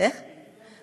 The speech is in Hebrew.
תגידי להם ברוסית.